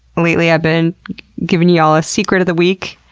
lately i've been giving you all a secret of the week,